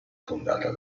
fondata